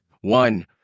One